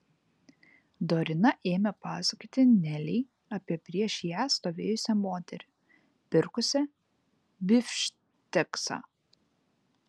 dorina ėmė pasakoti nelei apie prieš ją stovėjusią moterį pirkusią bifšteksą